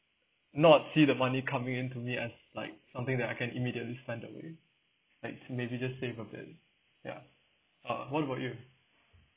not see the money coming into me as like something that I can immediately spend away like maybe just save a bit ya uh what about you